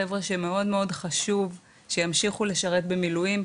חבר'ה שמאוד מאוד חשוב שימשיכו לשרת במילואים.